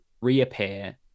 reappear